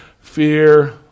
fear